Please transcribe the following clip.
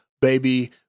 baby